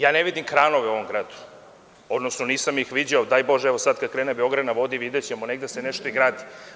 Ja ne vidim kranove u ovom gradu, odnosno nisam ih viđao, daj Bože kada krene sada „Beograd na vodi“, videćemo negde se nešto i gradi.